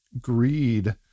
greed